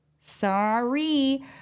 Sorry